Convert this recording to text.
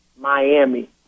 Miami